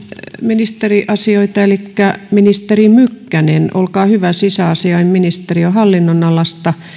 ministeriasioita elikkä ministeri mykkänen olkaa hyvä sisäasiainministeriön hallinnonalasta